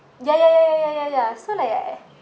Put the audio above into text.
ya ya ya ya ya ya ya so like eh